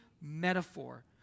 metaphor